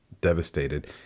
devastated